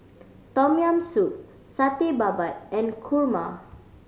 Tom Yam Soup Satay Babat and kurma